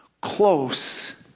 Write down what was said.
close